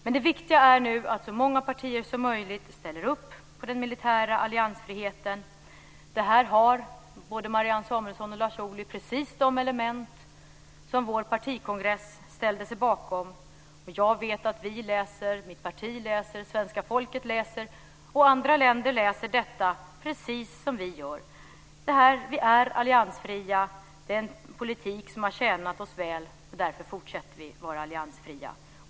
Men det viktiga är nu att så många partier som möjligt ställer upp på den militära alliansfriheten. Det här har, Marianne Samuelsson och Lars Ohly, precis de element som vår partikongress ställde sig bakom, och jag vet att mitt parti, svenska folket och andra länder läser detta precis som vi gör. Vi är alliansfria. Det är en politik som har tjänat oss väl, och därför fortsätter vi vara alliansfria.